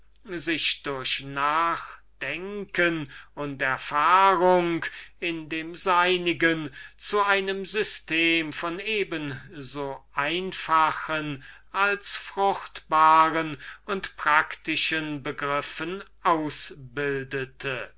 sich durch nachdenken und erfahrung in dem seinigen zu einem system von eben so simpeln als fruchtbaren und praktischen begriffen ausbildete